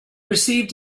received